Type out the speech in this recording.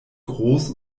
groß